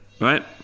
right